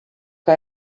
que